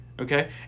Okay